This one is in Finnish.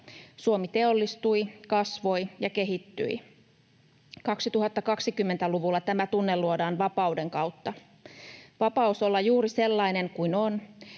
Suomi teollistui, kasvoi ja kehittyi. 2020-luvulla tämä tunne luodaan vapauden kautta. Vapaus olla juuri sellainen kuin on